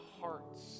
hearts